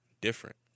different